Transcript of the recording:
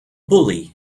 bully